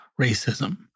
racism